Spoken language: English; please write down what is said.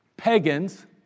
Pagans